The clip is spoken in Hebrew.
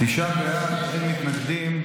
תשעה בעד, אין מתנגדים.